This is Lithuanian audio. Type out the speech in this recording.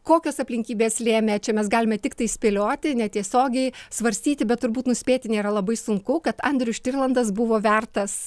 kokios aplinkybės lėmė čia mes galime tiktai spėlioti netiesiogiai svarstyti bet turbūt nuspėti nėra labai sunku kad andrius štirlandas buvo vertas